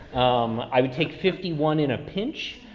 um, i would take fifty one in a pinch,